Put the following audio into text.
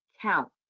count